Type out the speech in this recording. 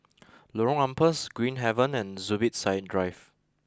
Lorong Ampas Green Haven and Zubir Said Drive